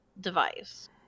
device